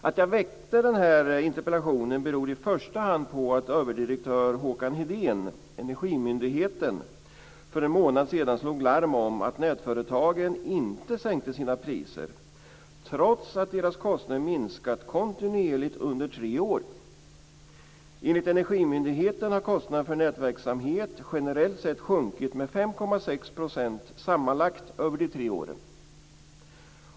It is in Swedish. Att jag väckte den här interpellationen beror i första hand på att överdirektör Håkan Heden, Energimyndigheten, för en månad sedan slog larm om att nätföretagen inte sänkte sina priser trots att deras kostnader minskat kontinuerligt under tre år. Enligt Energimyndigheten har kostnaden för nätverksamhet generellt sett sjunkit med 5,6 % sammanlagt över de tre åren.